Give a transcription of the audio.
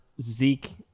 Zeke